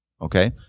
Okay